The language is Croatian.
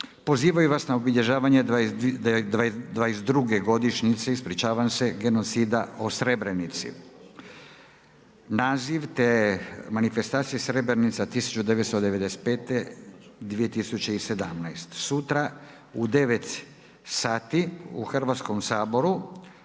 pozivaju vas na obilježavanje 22. godišnjice genocida o Srebrenici. Naziv te manifestacije „Srebrenica 1995.-2017.“ sutra u 9,00 sati u Hrvatskom saboru